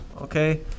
Okay